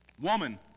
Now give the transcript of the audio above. Woman